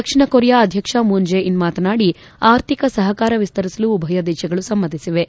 ದಕ್ಷಿಣ Korea ಅಧ್ಯಕ್ಷ Moon Jae In ಮಾತನಾಡಿ ಅರ್ಥಿಕ ಸಹಕಾರ ವಿಸ್ತರಿಸಲು ಉಭಯ ದೇಶಗಳು ಸಮ್ಮತಿಸಿವೆ